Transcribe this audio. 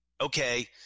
Okay